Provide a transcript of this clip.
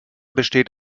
besteht